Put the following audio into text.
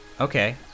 Okay